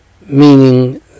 Meaning